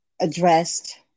addressed